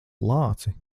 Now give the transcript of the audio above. lāci